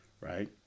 Right